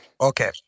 Okay